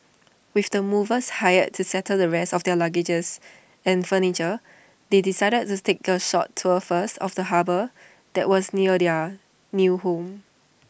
with the movers hired to settle the rest of their luggage and furniture they decided this take A short tour first of the harbour that was near their new home